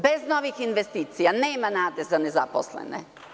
Bez novih investicija nema nade za nezaposlene.